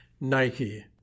Nike